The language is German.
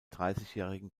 dreißigjährigen